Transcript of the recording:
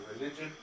religion